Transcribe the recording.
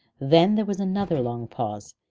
then there was another long pause,